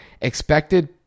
expected